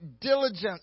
diligence